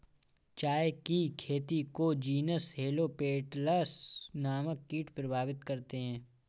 चाय की खेती को जीनस हेलो पेटल्स नामक कीट प्रभावित करते हैं